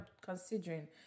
considering